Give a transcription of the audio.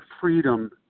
freedom